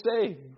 saved